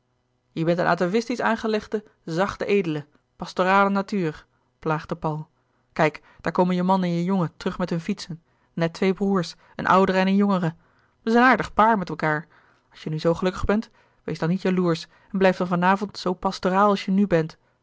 je bent een atavistisch aangelegde zachte edele pastorale natuur plaagde paul kijk daar komen je man en je jongen terug met hun fietsen net twee broêrs een oudere en een jongere het is een aardig paar met elkaâr als je nu zoo gelukkig bent wees dan niet jaloersch en blijf dan van avond zoo pastoraal als je nu bent